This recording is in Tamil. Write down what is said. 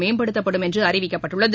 மேம்படுத்தப்படும் என்று அறிவிக்கப்பட்டுள்ளது